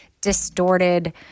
distorted